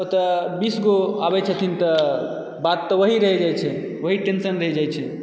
ओतए बीसगो आबै छथिन तऽ बात तऽ ओही रही जाइत छै ओही टेन्शन रही जाइत छै